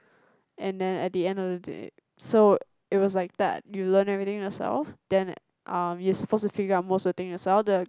and then at the end of the day so it was like that you learn everything yourself then uh you're supposed to figure out most of the thing yourself the